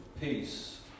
Peace